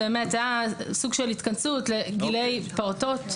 סוג של התכנסות לגילי פעוטות.